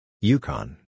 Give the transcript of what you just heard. Yukon